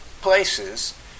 places